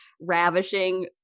ravishing